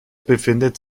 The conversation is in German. befindet